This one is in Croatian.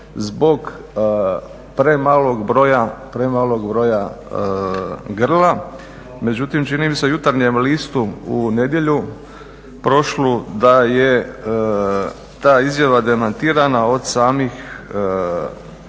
zbog premalog broja grla. Međutim, čini mi se u Jutarnjem listu u nedjelju prošlu da je ta izjava demantirana od samih